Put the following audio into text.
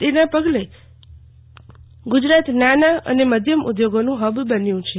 તેના પગલે ગુજરાત નાના અને મઘ્યમ ઉઘોગોનું હબ બન્યુ છે